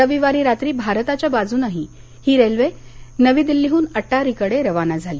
रविवारी रात्री भारताच्या बाजूनं ही रेल्वे नवी दिल्लीहन अटारीकडे रवाना झाली